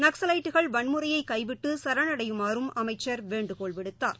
நக்ஸலைட்டுகள் வன்முறையைகைவிட்டுவிட்டுசரணடையுமாறும் அமைச்சர் வேண்டுகோள் விடுத்தார்